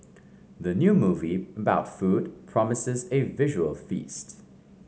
the new movie about food promises a visual feast